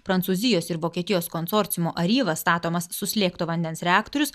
prancūzijos ir vokietijos konsorciumo ariva statomas suslėgto vandens reaktorius